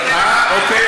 אוקיי,